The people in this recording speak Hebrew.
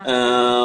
כן, אני מסכימה.